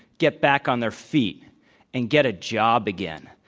get back on their feet and get a job again.